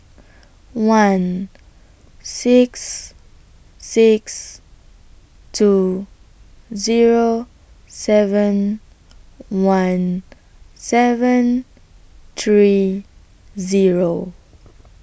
one six six two Zero seven one seven three Zero